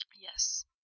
Yes